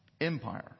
empire